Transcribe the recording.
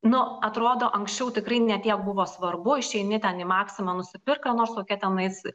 nu atrodo anksčiau tikrai ne tiek buvo svarbu išeini ten į maksimą nusipirkt ką nors kokia tenais i